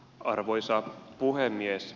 arvoisa puhemies